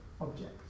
object